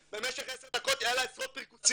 במשך 10 דקות היו לה עשרות פרכוסים.